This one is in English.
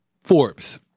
Forbes